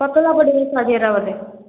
ପତଳା ପାଢ଼ିର ଶାଢ଼ୀ ଏଇଟା ବୋଧେ